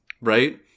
right